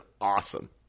awesome